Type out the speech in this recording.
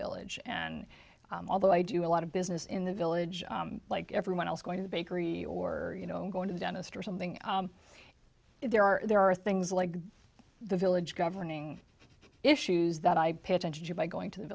village and although i do a lot of business in the village like everyone else going to the bakery or you know going to the dentist or something there are there are things like the village governing issues that i pay attention to by going to the